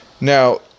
now